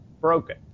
broken